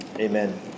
amen